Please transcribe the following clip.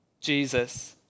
Jesus